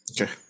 Okay